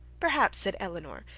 perhaps, said elinor,